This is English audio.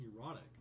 erotic